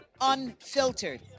unfiltered